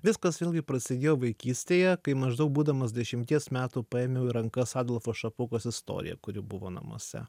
viskas vėlgi prasidėjo vaikystėje kai maždaug būdamas dešimties metų paėmiau į rankas adolfo šapokos istoriją kuri buvo namuose